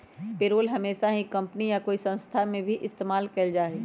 payroll हमेशा ही company या कोई संस्था में ही इस्तेमाल कइल जाहई